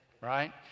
right